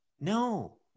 No